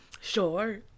Sure